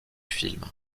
film